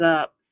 up